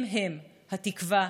הם-הם התקווה,